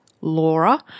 Laura